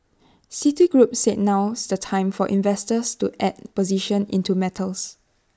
citigroup said now's the time for investors to add positions into metals